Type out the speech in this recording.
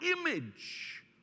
image